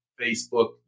Facebook